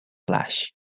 flash